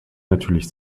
natürlich